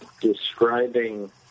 describing